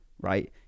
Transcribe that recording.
right